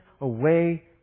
away